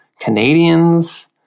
Canadians